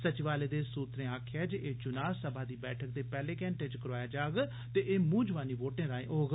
सचिवालय दे सूत्रें आक्खेआ जे एह् चुनां सभा दी बैठक दे पैह्ले घैंटे च करोआया जाग ते एह मुंह जवानी वोटें राहें होग